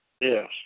Yes